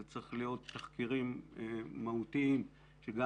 אלה צריכים להיות תחקירים מהותיים שגם